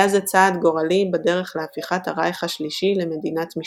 היה זה צעד גורלי בדרך להפיכת הרייך השלישי למדינת משטרה.